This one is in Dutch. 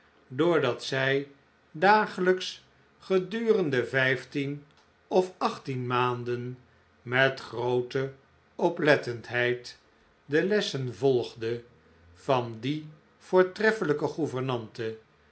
doordat zij dagelijks gedurende vijftien of achttien maanden met groote oplettendheid de lessen volgde van die voortreffelijke